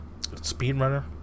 Speedrunner